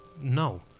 no